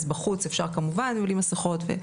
אז בחוץ אפשר כמובן בלי מסכות,